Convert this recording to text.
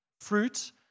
Fruit